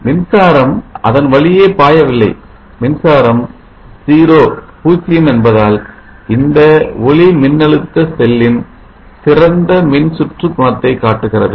மின்சாரம் அதன்வழியே பாயவில்லை மின்சாரம் 0 என்பதால் இந்த ஒளிமின்னழுத்த செல்லின் திறந்த மின்சுற்று குணத்தை காட்டுகிறது